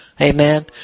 Amen